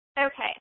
Okay